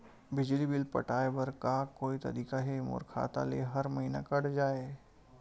बिजली बिल पटाय बर का कोई तरीका हे मोर खाता ले हर महीना कट जाय?